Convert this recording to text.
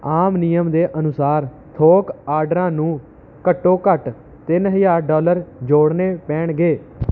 ਆਮ ਨਿਯਮ ਦੇ ਅਨੁਸਾਰ ਥੋਕ ਆਰਡਰਾਂ ਨੂੰ ਘੱਟੋ ਘੱਟ ਤਿੰਨ ਹਜ਼ਾਰ ਡਾਲਰ ਜੋੜਨੇ ਪੈਣਗੇ